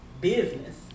business